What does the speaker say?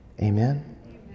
Amen